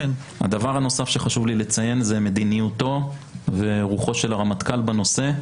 הדבר הנוסף שחשוב לי לציין זה מדיניותו ורוחו של הרמטכ"ל בנושא,